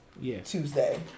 Tuesday